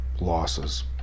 losses